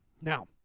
Now